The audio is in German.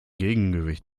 gegengewicht